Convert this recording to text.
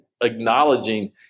acknowledging